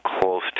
close